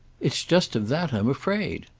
it's just of that i'm afraid.